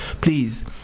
please